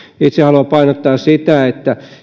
itse haluan painottaa sitä että